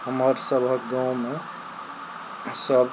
हमर सबहक गाँवमे सब